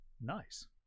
Nice